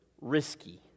risky